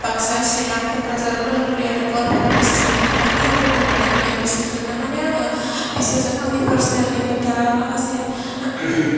बाकसा सिरां कक्राझार अदालगुरि आरो गवालफारा दिसट्रिकनि गोबां लोगोफोर दंमोन आंनिया बिसोरजोंनो मानि आङो बिसोरजों आंनि पारसिनेलनि खोथा माखासे